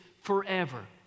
forever